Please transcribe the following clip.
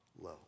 low